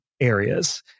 areas